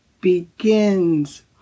begins